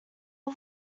was